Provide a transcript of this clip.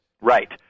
Right